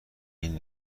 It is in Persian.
این